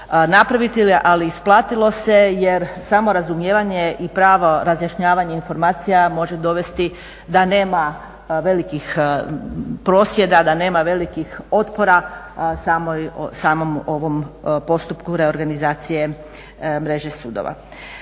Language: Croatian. napraviti, ali isplatilo se jer samo razumijevanje i pravo razjašnjavanje informacija može dovesti da nema velikih prosvjeda, da nema velikih otpora samom ovom postupku reorganizacije mreže sudova.